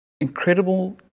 incredible